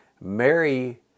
Mary